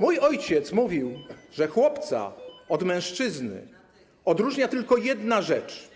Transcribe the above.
Mój ojciec mówił, że chłopca od mężczyzny odróżnia tylko jedna rzecz: